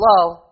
Hello